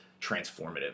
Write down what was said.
transformative